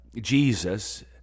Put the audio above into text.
Jesus